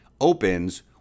opens